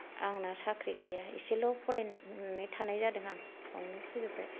आंना साख्रि गैया एसेल' फरायनाय थानाय जादों आं बावनो फोजोब्बाय